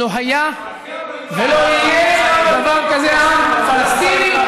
לא היה ולא יהיה דבר כזה עם פלסטיני.